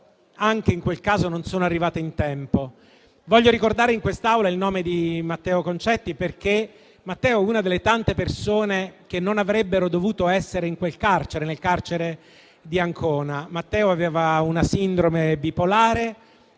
anche in quel caso non sono arrivate in tempo. Voglio ricordare in quest'Aula il nome di Matteo Concetti perché Matteo è una delle tante persone che non avrebbero dovuto essere nel carcere di Ancona. Matteo infatti aveva una sindrome bipolare